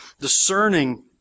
discerning